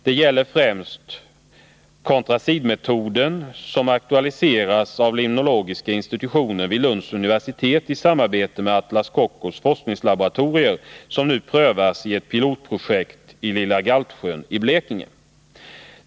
Det gäller främst contracidmetoden, som aktualiserats av limnologiska institutionen vid Lunds universitet i samarbete med Atlas Copcos forskningslaboratorier och som nu prövas i ett pilotprojekt i Lilla Galtsjön i Blekinge.